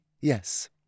yes